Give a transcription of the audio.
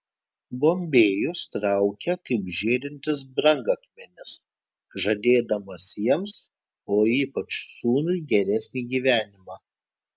bombėjus traukia kaip žėrintis brangakmenis žadėdamas jiems o ypač sūnui geresnį gyvenimą